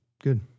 good